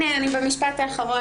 אני במשפט האחרון,